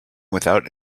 without